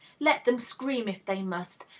let them scream if they must,